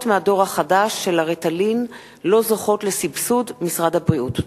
מהדור החדש של הריטלין לא זוכות לסבסוד משרד הבריאות,